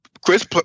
Chris